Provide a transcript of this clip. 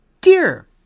Dear